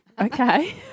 Okay